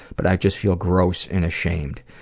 but i just feel gross and ashamed.